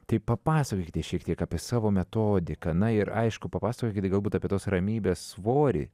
tai papasakokite šiek tiek apie savo metodiką na ir aišku papasakokite galbūt apie tos ramybės svorį